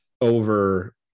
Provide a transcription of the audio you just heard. over